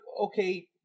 okay